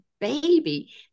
baby